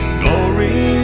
glory